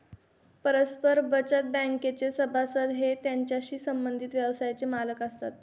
परस्पर बचत बँकेचे सभासद हे त्याच्याशी संबंधित व्यवसायाचे मालक असतात